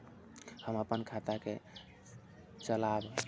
हम अपन खाता के चलाब?